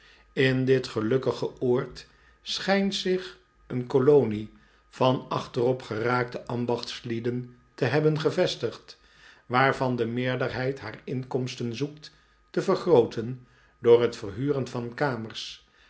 in dit gelukkige oord schijnt zich een kolonie van achterop geraakte ambachtslieden te hebben gevestigd waarvan de meerderheid haar inkomsten zoekt te vergrooten door het verhuren van kamers